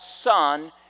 son